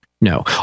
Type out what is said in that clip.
no